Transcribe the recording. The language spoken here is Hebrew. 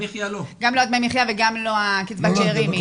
גם לא דמי מחיה, וגם לא קצבת שאירים.